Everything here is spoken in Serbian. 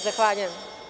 Zahvaljujem.